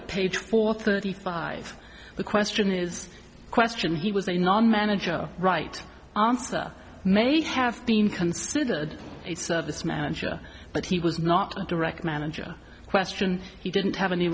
at page four thirty five the question is question he was a non manager right answer may have been considered a service manager but he was not a direct manager question he didn't have any